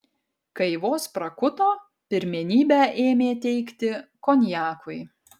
kai vos prakuto pirmenybę ėmė teikti konjakui